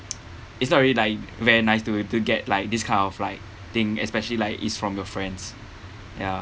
it's not really like very nice to to get like this kind of like thing especially like it's from your friends ya